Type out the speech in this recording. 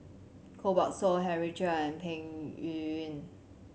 Koh Buck Song Henry Chia and Peng Yuyun